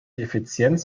effizienz